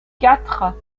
quatre